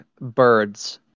birds